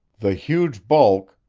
the huge bulk,